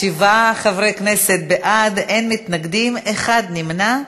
שבעה חברי כנסת בעד, אין מתנגדים, אחד נמנע.